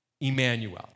Emmanuel